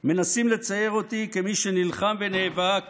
מנסים לצייר אותי כמי שנלחם ונאבק